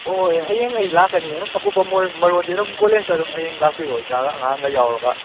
ꯍꯣꯏ ꯍꯣꯏ ꯍꯌꯦꯡ ꯑꯩ ꯂꯥꯛꯀꯅꯤ ꯑꯗꯨꯝ ꯑꯀꯨꯞꯄ ꯃꯔꯣꯜꯗꯤ ꯑꯗꯨꯝ ꯀꯣꯂꯦꯖꯇ ꯑꯗꯨꯝ ꯍꯌꯦꯡ ꯂꯥꯛꯄꯤꯔꯣ ꯏꯁꯥꯒ ꯑꯉꯥꯡꯒ ꯌꯥꯎꯔꯒ